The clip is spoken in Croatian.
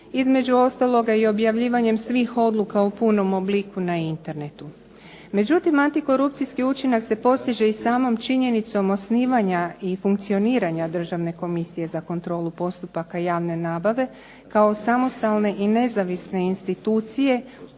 Između ostaloga i objavljivanjem svih odluka u punom obliku na internetu. Međutim, antikorupcijski učinak se postiže i samom činjenicom osnivanja i funkcioniranja Državne komisije za kontrolu postupaka javne nabave kao samostalne i nezavisne institucije